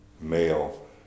male